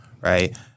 right